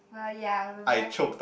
well ya I'm a very